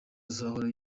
azahora